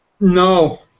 No